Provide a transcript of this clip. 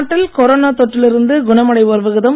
நாட்டில் கொரோனா தொற்றில் இருந்து குணமடைவோர் விகிதம்